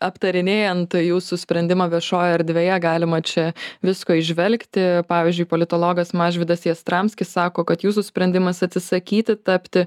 aptarinėjant jūsų sprendimą viešojoje erdvėje galima čia visko įžvelgti pavyzdžiui politologas mažvydas jastramskis sako kad jūsų sprendimas atsisakyti tapti